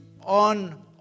on